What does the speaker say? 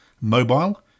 Mobile